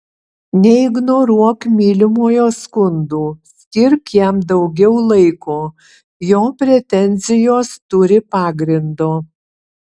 neignoruok mylimojo skundų skirk jam daugiau laiko jo pretenzijos turi pagrindo